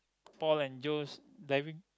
Paul and Joe's diving